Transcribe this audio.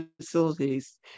facilities